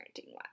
parenting-wise